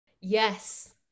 Yes